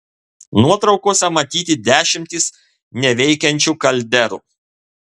nuotraukose matyti dešimtys neveikiančių kalderų